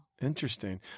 interesting